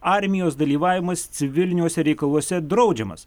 armijos dalyvavimas civiliniuose reikaluose draudžiamas